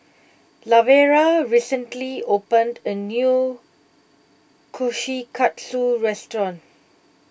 Lavera recently opened a new Kushikatsu restaurant